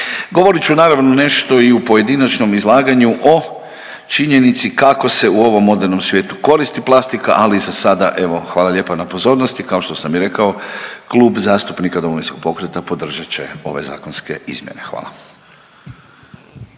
Govorit ću naravno nešto i u pojedinačnom izlaganju o činjenici kako se u ovom modernom svijetu koristi plastika, ali za sada evo hvala lijepa na pozornosti, kao što sam i rekao Klub zastupnika Domovinskog pokreta podržat će ove zakonske izmjene. Hvala.